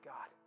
God